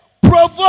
provoke